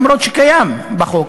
למרות שקיים חוק,